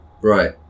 Right